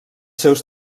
seus